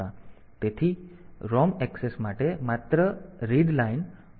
તેથી ROM access માટે માત્ર રીડ લાઇન ROM ના રીડ સાથે જોડાયેલ હોવી જોઈએ